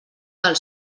del